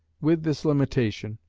with this limitation,